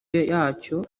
yacyo